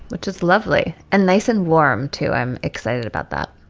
which is lovely and nice and warm, too. i'm excited about that.